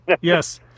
Yes